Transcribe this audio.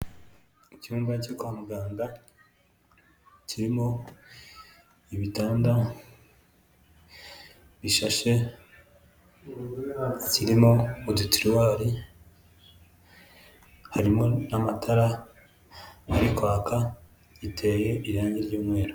Icyumba cyo kwa muganga kirimo ibitanda bishashe, kirimo udutiriwari, harimo n'amatara ari kwaka, inzu iteye irangi ry'umweru.